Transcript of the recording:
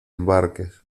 embarques